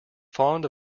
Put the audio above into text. fond